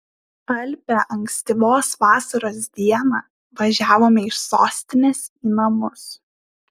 alpią ankstyvos vasaros dieną važiavome iš sostinės į namus